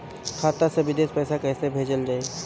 खाता से विदेश पैसा कैसे भेजल जाई?